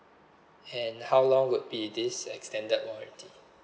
and how long would be this extended warranty